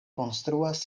konstruas